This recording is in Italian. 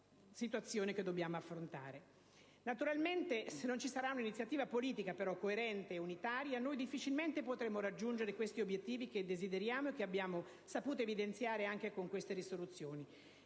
situazione che dobbiamo affrontare. Tuttavia, se non ci sarà un'iniziativa politica coerente e unitaria, difficilmente potremo raggiungere questi obiettivi, che desideriamo e che abbiamo saputo evidenziare con queste risoluzioni.